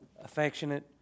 affectionate